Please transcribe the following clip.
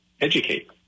educate